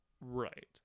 Right